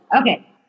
Okay